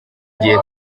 gihe